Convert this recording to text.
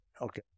Okay